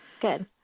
Good